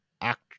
act